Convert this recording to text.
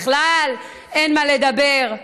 בכלל אין מה לדבר.